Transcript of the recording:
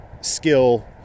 skill